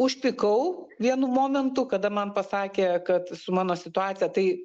užpykau vienu momentu kada man pasakė kad su mano situacija tai